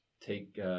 take